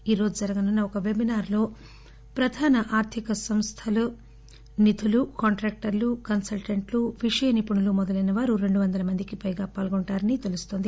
ఈరోజు జరగనున్న ఒక పెబినార్ లో ప్రధాన ఆర్ధిక సంస్థలు నిధులు కాంట్రాక్టర్లు కన్పల్టెంట్లు విషయ నిపుణులు మొదలైనవారు రెండు వందల మందికిపైగా పాల్గొంటారని తెలుస్తోంది